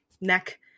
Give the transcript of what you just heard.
neck